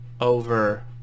over